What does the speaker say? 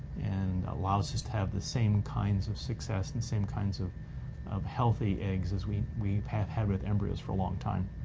and allows us to have the same kinds of success the and same kinds of of healthy eggs as we we have had with embryos for a long time.